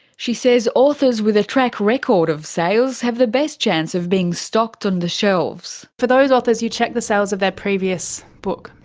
she says authors with a track record of sales have the best chance of being stocked on the shelves. for those authors you check the sales of their previous book.